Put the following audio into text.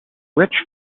rich